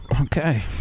Okay